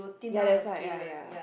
ya that's why ya ya